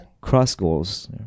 cross-goals